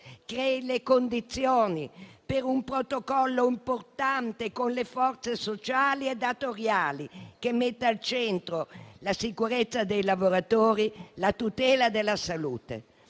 crei le condizioni per un protocollo importante con le forze sociali e datoriali, che metta al centro la sicurezza dei lavoratori e la tutela della salute.